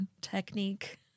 technique